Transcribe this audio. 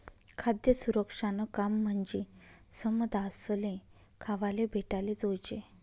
खाद्य सुरक्षानं काम म्हंजी समदासले खावाले भेटाले जोयजे